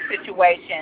situation